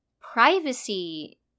privacy